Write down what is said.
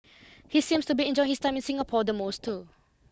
he seems to be enjoying his time in Singapore the most too